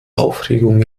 aufregung